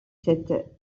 cet